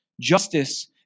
justice